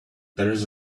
there’s